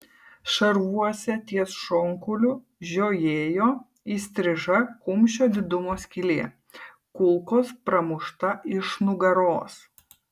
šarvuose ties šonkauliu žiojėjo įstriža kumščio didumo skylė kulkos pramušta iš nugaros